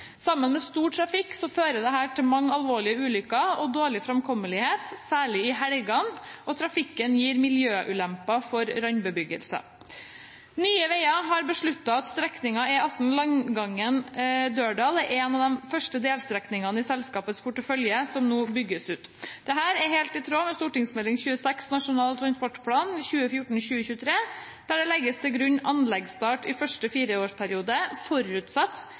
Sammen med stor trafikk fører dette til mange alvorlige ulykker og dårlig framkommelighet, særlig i helgene. Trafikken gir miljøulemper for randbebyggelsen. Nye Veier har besluttet at strekningen E18 Langangen–Dørdal er en av de første delstrekningene i selskapets portefølje som bygges ut. Dette er helt i tråd med Meld. St. 26 for 2012–2013 Nasjonal transportplan 2014–2023, der det legges til grunn anleggsstart i første fireårsperiode, forutsatt